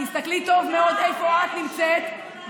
תסתכלי טוב מאוד איפה את נמצאת.